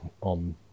on